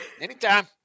Anytime